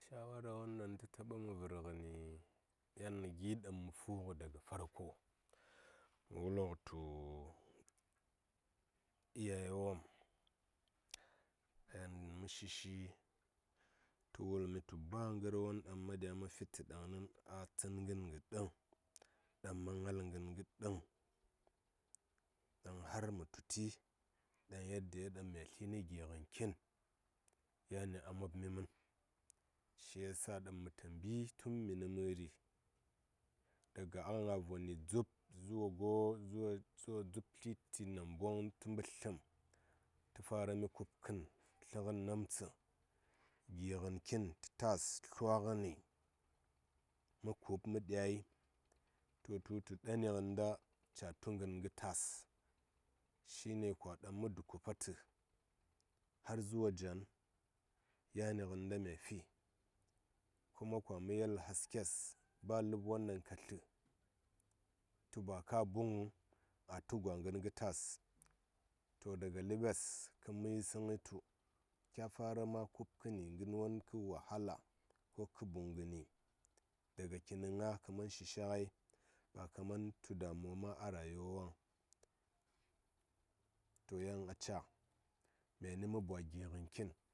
Shawara wwon ɗaŋ tə taɓam vər ngəni yan mə fu gə daga farko mə wul ngətu iyaye wom ɗaŋ mə shi shi tə wulmi tu ba ngər won daŋ ma dya mafitə ɗaŋni a tsən ngəni kə ɗəŋ ɗaŋ ma ngal ngən gə dəŋ ɗaŋ har mə tu ti ɗaŋ yaddiyo ɗaŋ mya tli nə gi ngən gə kin yani a mopmi mən shi ya sa məta mbi tun mini məri har ga Allah voni dzub zuwa dzub tliti nambaoŋ tə mbətləm tə farami kub kən tlə ngən namtsə gi ngən kin tə tas tə tlwa ngəni mə kub mə ɗyai to tu wutu ɗani nganta ca tu ngən gə tas shi ne kwa ɗaŋ mə dukufa tə har zuwa jan yani ngənta mya fi kuma kwa mə yel haskes ba ləbyo ɗaŋ ka tlə tu ba ka buŋ ŋəŋ a tu gwa ngən gə tas to daga ləɓes in mə yisən ŋəŋ tu kya fara ma kub kən ngər won tə wahala ko tə buŋ ngəni daga kini ŋaa kəman shishi ngai ba kaman tu damuwaŋ a rayuwa waŋ to yan aca myani mə bwa gi ngən kin.